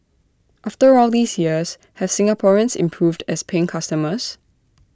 after all these years have Singaporeans improved as paying customers